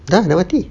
dah dah mati